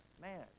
Man